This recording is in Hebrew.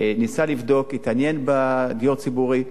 ניסה לבדוק, התעניין בדיור הציבורי.